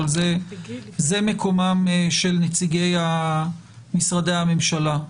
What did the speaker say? אבל זה מקומם של נציגי משרדי הממשלה,